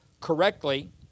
correctly